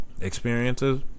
experiences